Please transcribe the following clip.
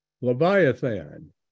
Leviathan